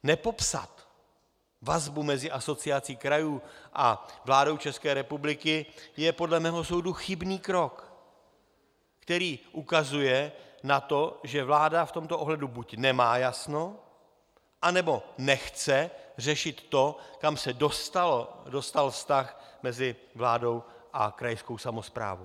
Nepopsat vazbu mezi Asociací krajů a vládou České republiky je podle mého soudu chybný krok, který ukazuje na to, že vláda v tomto ohledu buď nemá jasno, anebo nechce řešit to, kam se dostal vztah mezi vládou a krajskou samosprávou.